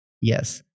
Yes